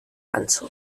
anzug